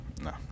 No